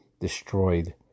destroyed